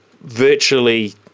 virtually